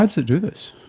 how does it do this?